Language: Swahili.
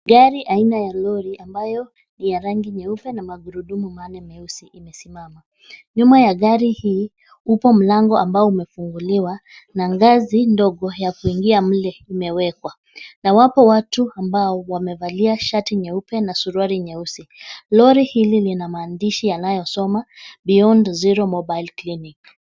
Gari aina ya ni lori ambayo ni ya rangi nyeupe namagurudumu manne mweusi imesimama. Nyuma ya gari hii, upo mlango ambao umefunguliwa na ngazi ndogo yakuingia mle imewekwa, na wapo watu ambao wamevalia shati nyeupe na suruali nyeusi. Lori hili lina maandishi yanayo soma Beyond Zero Mobile Clinic .